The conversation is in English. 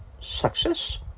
success